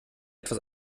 etwas